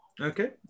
Okay